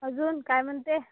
अजून काय म्हणते